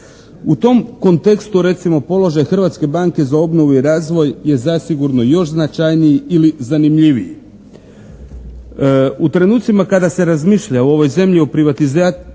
U tom kontekstu recimo položaj Hrvatske banke za obnovu i razvoj je zasigurno još značajniji ili zanimljiviji. U trenucima kada se razmišlja u ovoj zemlji o privatizaciji